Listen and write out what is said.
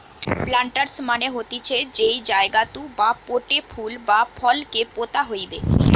planters মানে হতিছে যেই জায়গাতু বা পোটে ফুল বা ফল কে পোতা হইবে